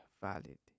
valid